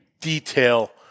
detail